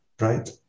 right